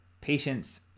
patience